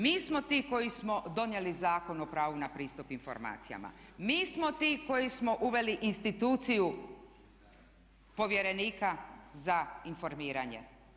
Mi smo ti koji smo donijeli Zakon o pravu na pristup informacijama, mi smo ti koji smo uveli instituciju povjerenika za informiranje.